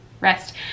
rest